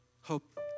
Hope